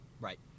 Right